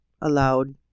aloud